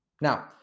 Now